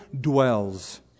dwells